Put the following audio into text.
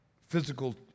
physical